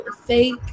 fake